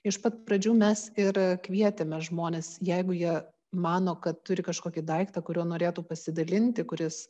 iš pat pradžių mes ir kvietėme žmones jeigu jie mano kad turi kažkokį daiktą kuriuo norėtų pasidalinti kuris